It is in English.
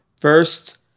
First